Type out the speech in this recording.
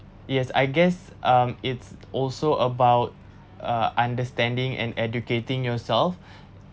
yes I guess um it's also about uh understanding and educating yourself